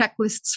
Checklists